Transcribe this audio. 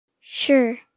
Sure